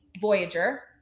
Voyager